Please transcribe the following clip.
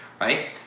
right